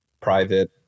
private